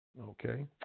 Okay